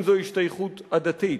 אם זו השתייכות עדתית.